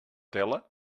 tela